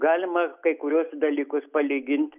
galima kai kuriuos dalykus palygint